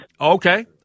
Okay